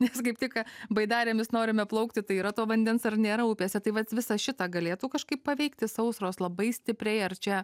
nes kaip tik baidarėmis norime plaukti tai yra to vandens ar nėra upėse tai vat visą šitą galėtų kažkaip paveikti sausros labai stipriai ar čia